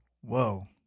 Whoa